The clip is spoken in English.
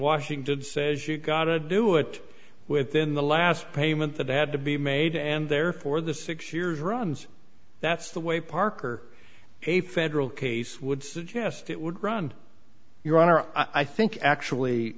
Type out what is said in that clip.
washington says you gotta do it within the last payment that had to be made and therefore the six years runs that's the way parker a federal case would suggest it would run your honor i think actually